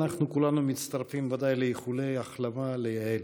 כולנו מצטרפים ודאי לאיחולי ההחלמה ליעל.